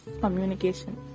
communication